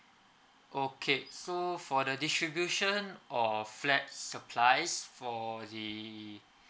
okay so for the distribution of flats supplies for the